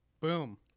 Boom